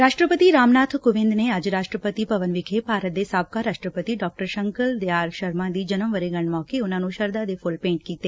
ਰਾਸ਼ਟਰਪਤੀ ਰਾਮਨਾਬ ਕੋਵਿੰਦ ਨੇ ਅੱਜ ਰਾਸ਼ਟਰਪਤੀ ਭਵਨ ਵਿਖੇ ਭਾਰਤ ਦੇ ਸਾਬਕਾ ਰਾਸ਼ਟਰਪਤੀ ਡਾ ਸ਼ੰਕਰ ਦਯਾਲ ਸ਼ਰਮਾ ਦੀ ਜਨਮ ਵਰੇਗੰਢ ਮੌਕੇ ਉਨਾਂ ਨੂੰ ਸ਼ਰਧਾ ਦੇ ਫੁੱਲ ਭੇਂਟ ਕੀਤੇ